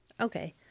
Okay